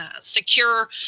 secure